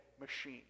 machine